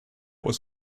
was